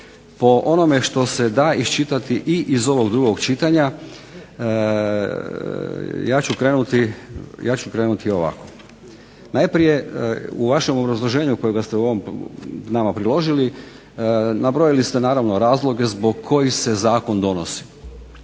po onome što se da iščitati i iz ovog drugog čitanja ja ću krenuti ovako. Najprije u vašem obrazloženju kojega ste nama priložili nabrojili ste naravno razloge zbog kojih se zakon donosi.